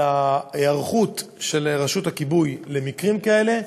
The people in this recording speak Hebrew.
ההיערכות של רשות הכיבוי למקרים כאלה,